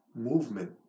movement